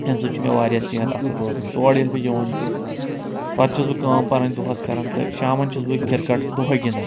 اَمہِ سۭتۍ چھُ مےٚ واریاہ صحت اَصٕل روزان تورٕ ییٚلہِ بہٕ یِوان چھُس پَتہٕ چھُس بہٕ کٲم پَنٕنۍ دۄہَس کران تہٕ شامَن چھُس بہٕ کِرکَٹ دۄہَے گِنٛدان